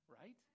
right